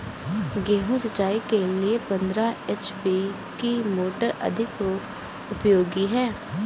गेहूँ सिंचाई के लिए पंद्रह एच.पी की मोटर अधिक उपयोगी है?